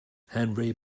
henry